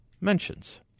mentions